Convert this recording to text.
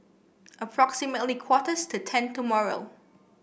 approximately quarter to ten tomorrow